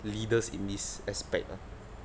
leaders in this aspect ah